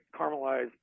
caramelized